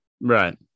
Right